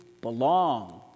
belong